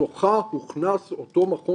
בתוכה הוכנס אותו מכון